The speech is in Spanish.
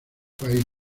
país